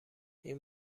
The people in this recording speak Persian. این